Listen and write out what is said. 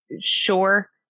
sure